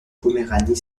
poméranie